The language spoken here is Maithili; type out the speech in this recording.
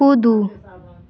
कूदू